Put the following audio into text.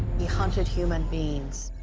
he hunted human beings.